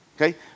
Okay